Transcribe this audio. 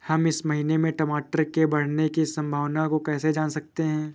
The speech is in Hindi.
हम इस महीने में टमाटर के बढ़ने की संभावना को कैसे जान सकते हैं?